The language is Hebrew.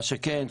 מה שכן,